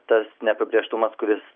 tas neapibrėžtumas kuris